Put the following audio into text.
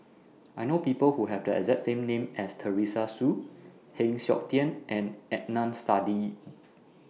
I know People Who Have The exact name as Teresa Hsu Heng Siok Tian and Adnan Saidi